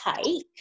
take